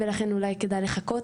ולכן אולי כדאי לחכות